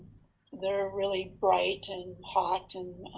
they're really bright and hot, and